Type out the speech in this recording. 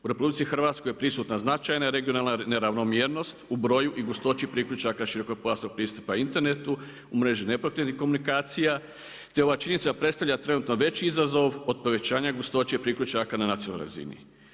U RH je prisutna značajna regionalna neravnomjernost u broju i gustoći priključaka širokopojasnog pristupa internetu u mrežu nepokretnih komunikacija te ova činjenica predstavlja trenutno već izazov od povećanja gustoće priključaka na nacionalnoj razini.